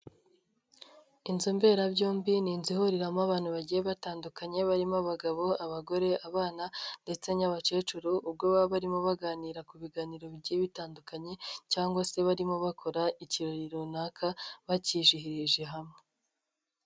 Inzu mberabyombi ni inzu ihuriramo abantu bagiye batandukanye, barimo abagabo, abagore, abana ndetse n'abakecuru, ubwo baba barimo baganira ku biganiro bigiye bitandukanye cyangwa se barimo bakora ikirori runaka, bakijihirije hamwe.